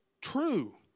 true